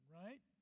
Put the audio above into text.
right